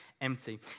empty